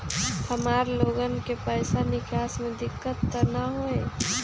हमार लोगन के पैसा निकास में दिक्कत त न होई?